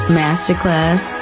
masterclass